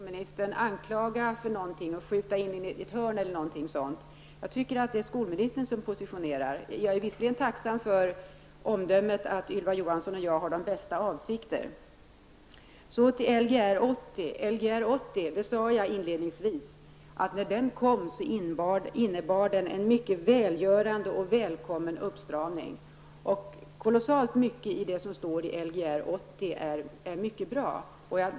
Herr talman! I varje debatt som vi för med skolministern vill skolministern anklaga oss för något och skjuta in oss i ett hörn. Jag tycker att det är skolministern som positionerar. Jag är dock tacksam för omdömet att Ylva Johansson och jag har de bästa avsikter. Så till Lgr 80. Jag sade inledningsvis att när Lgr 80 kom innebar det en mycket välgörande och välkommen uppstramning. Kolossalt mycket av det som står i Lgr 80 är mycket bra.